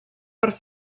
per